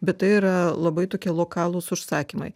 bet tai yra labai tokie lokalūs užsakymai